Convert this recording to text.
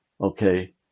okay